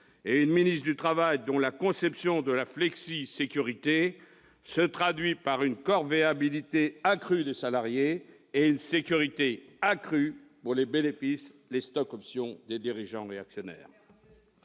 et une ministre du travail dont la conception de la « flexisécurité » se traduit par une corvéabilité accrue des salariés et une sécurité accrue pour les bénéfices, les stock-options des dirigeants et actionnaires